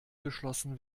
geschlossen